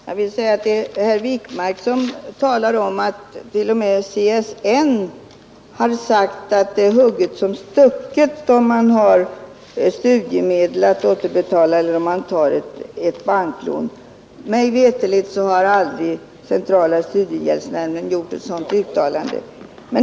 Fru talman! Herr Wijkman talar om att t.o.m. CSN har sagt att det är hugget som stucket om man har studiemedel som skall återbetalas eller om man har ett banklån. Mig veterligt har aldrig centrala studiehjälpsnämnden gjort ett sådant uttalande.